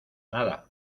nada